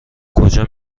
کجا